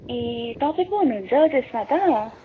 ए तपाईँ पो हुनु हुन्छ त्यसमा त